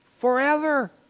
forever